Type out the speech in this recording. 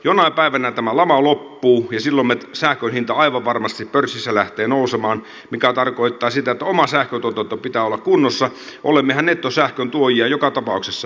jonain päivänä tämä lama loppuu ja silloin sähkön hinta aivan varmasti pörssissä lähtee nousemaan mikä tarkoittaa sitä että oman sähköntuotannon pitää olla kunnossa olemmehan nettosähköntuojia joka tapauksessa